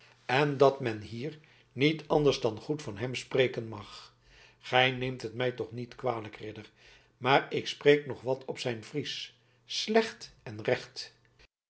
en dat men hier niet anders als goed van hem spreken mag gij neemt het mij toch niet kwalijk ridder maar ik spreek nog zoo wat op zijn friesch slecht en recht